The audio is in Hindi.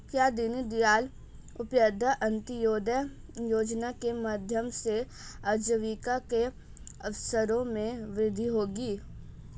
क्या दीन दयाल उपाध्याय अंत्योदय योजना के माध्यम से आजीविका के अवसरों में वृद्धि होगी?